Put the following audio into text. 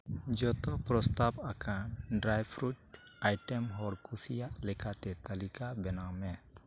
ᱡᱚᱛᱚ ᱯᱨᱚᱥᱛᱟᱵᱽ ᱟᱠᱟᱱ ᱰᱨᱟᱭ ᱯᱷᱩᱰ ᱟᱭᱴᱮᱢ ᱦᱚᱲ ᱠᱩᱥᱤᱭᱟᱜ ᱞᱮᱠᱟᱛᱮ ᱛᱟᱹᱞᱤᱠᱟ ᱵᱮᱱᱟᱣ ᱢᱮ